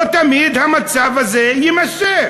לא תמיד המצב הזה יימשך.